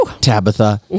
tabitha